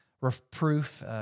Reproof